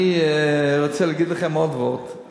אני רוצה להגיד לכם עוד ועוד,